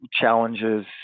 Challenges